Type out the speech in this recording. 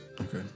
Okay